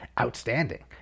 outstanding